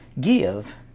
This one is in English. Give